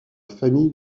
famille